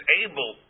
able